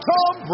Tom